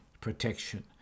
protection